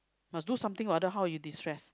must do something what then how you destress